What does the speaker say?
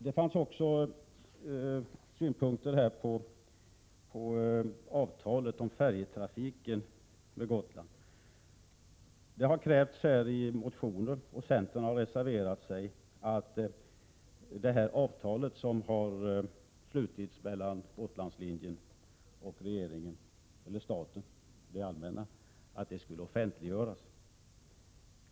Det fanns också synpunkter på avtalet om färjetrafiken till Gotland. Det har krävts i motioner — och centern har reserverat sig härför — att det avtal som slutits mellan Gotlandslinjen och staten skulle offentliggöras.